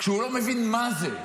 כשהוא לא מבין מה זה,